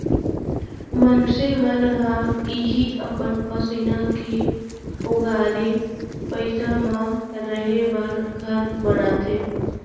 मनसे मन ह इहीं अपन पसीना के ओगारे पइसा म रहें बर घर बनाथे